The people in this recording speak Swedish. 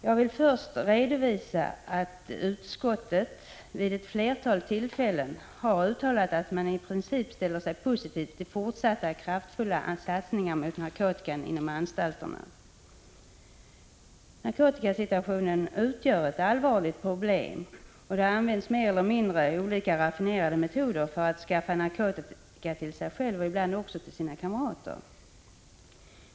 Jag vill först redovisa att utskottet vid ett flertal tillfällen har uttalat att utskottet i princip ställer sig positivt till fortsatta kraftfulla satsningar mot narkotikan inom anstalterna. Narkotikasituationen utgör ett allvarligt problem. De intagna använder olika mer eller mindre raffinerade metoder för att skaffa narkotika till sig själva och ibland också till kamraterna.